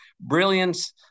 brilliance